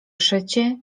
szycie